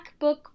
MacBook